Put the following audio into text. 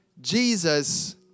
Jesus